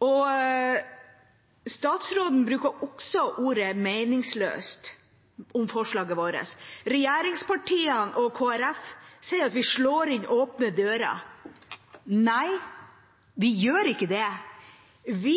nord. Statsråden bruker også ordet «meningsløst» om forslaget vårt. Regjeringspartiene og Kristelig Folkeparti sier at vi slår inn åpne dører. Nei, vi gjør ikke det. Vi